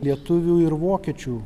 lietuvių ir vokiečių